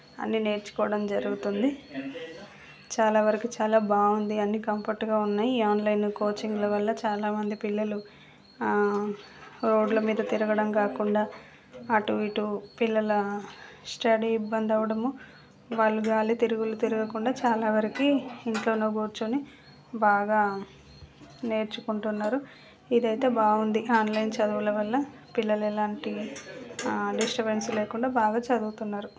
అన్ని నేర్చుకోవడం జరుగుతుంది చాలా వరకు చాలా బాగుంది అన్ని కంఫర్ట్గా ఉన్నాయి ఆన్లైన్లో కోచింగ్ల వల్ల చాలామంది పిల్లలు రోడ్లమీద తిరగడం కాకుండా అటు ఇటు పిల్లల స్టడీ ఇబ్బంది అవడము వాళ్ళు గాలి తిరుగులు తిరగకుండా చాలా వరకు ఇంట్లో కూర్చుని బాగా నేర్చుకుంటున్నారు ఇదైతే బాగుంది ఆన్లైన్ చదువుల వల్ల పిల్లలు ఎలాంటి డిస్టబెన్స్ లేకుండా బాగా చదువుతున్నారు